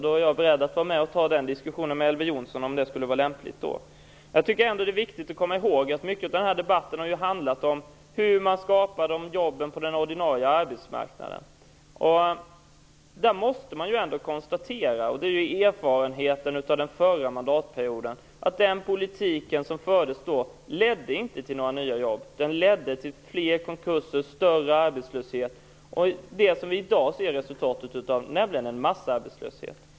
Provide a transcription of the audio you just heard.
Då är jag beredd att vara med och ta diskussionen med Elver Jonsson, om det skulle vara lämpligt. Jag tycker ändå att det är viktigt att komma ihåg att mycket av den här debatten har handlat om hur man skapar jobb på den ordinarie arbetsmarknaden. Man måste konstatera att erfarenheten från den förra mandatperioden är den att den politik som då fördes inte ledde till några nya jobb. Den ledde till fler konkurser och större arbetslöshet. Resultatet ser vi i dag, nämligen en massarbetslöshet.